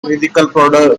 musical